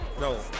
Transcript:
no